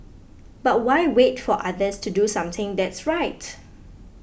but why wait for others to do something that's right